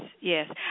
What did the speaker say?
yes